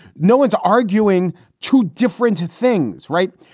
no one's arguing two different things, right.